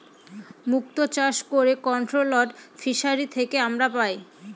মুক্ত চাষ করে কন্ট্রোলড ফিসারী থেকে আমরা পাই